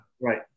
Right